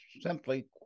simply